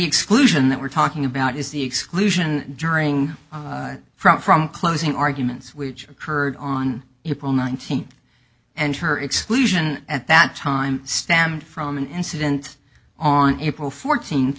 exclusion that we're talking about is the exclusion during front from closing arguments which occurred on april nineteenth and her exclusion at that time stamped from an incident on april fourteenth